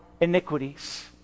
iniquities